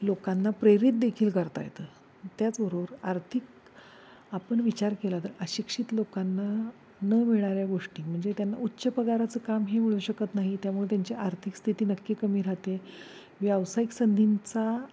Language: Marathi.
लोकांना प्रेरित देखील करता येतं त्याचबरोबर आर्थिक आपण विचार केला तर अशिक्षित लोकांना न मिळणाऱ्या गोष्टी म्हणजे त्यांना उच्च पगाराचं काम हे मिळू शकत नाही त्यामुळे त्यांची आर्थिक स्थिती नक्की कमी राहते व्यावसायिक संधींचा